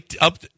Up